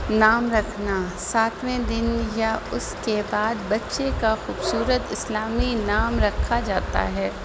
نام رکھنا ساتویں دن یا اس کے بعد بچے کا خوبصورت اسلامی نام رکھا جاتا ہے